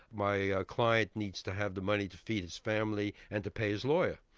my client needs to have the money to feed his family and to pay his lawyer.